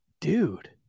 dude